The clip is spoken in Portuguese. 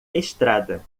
estrada